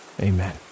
Amen